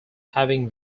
having